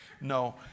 No